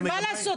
מה לעשות,